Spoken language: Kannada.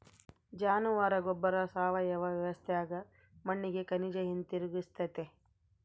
ಜಾನುವಾರ ಗೊಬ್ಬರ ಸಾವಯವ ವ್ಯವಸ್ಥ್ಯಾಗ ಮಣ್ಣಿಗೆ ಖನಿಜ ಹಿಂತಿರುಗಿಸ್ತತೆ